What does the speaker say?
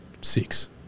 Six